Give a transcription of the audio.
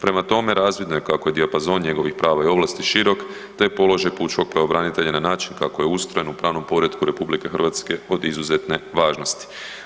Prema tome, razvidno je kako je dijapazon njegovih prava i ovlasti širok te je položaj pučkog pravobranitelja na način kako je ustrojen u pravnom poretku RH od izuzetne važnosti.